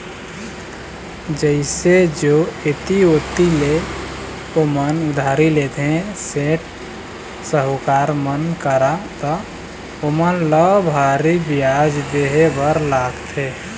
जइसे जो ऐती ओती ले ओमन उधारी लेथे, सेठ, साहूकार मन करा त ओमन ल भारी बियाज देहे बर लागथे